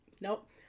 nope